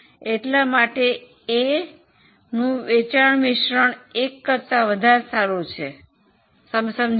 એટલા માટે એનું વેચાણ મિશ્રણ 1 વધારે સારું છે તમે સમજી ગયા